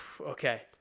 Okay